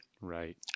Right